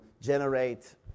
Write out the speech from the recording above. generate